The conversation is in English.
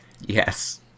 Yes